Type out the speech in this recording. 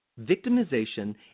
victimization